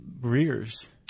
rears